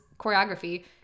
choreography